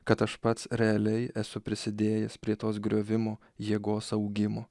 kad aš pats realiai esu prisidėjęs prie tos griovimo jėgos augimo